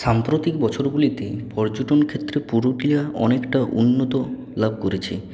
সাম্প্রতিক বছরগুলিতে পর্যটনক্ষেত্রে পুরুলিয়া অনেকটা উন্নত লাভ করেছে